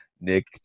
Nick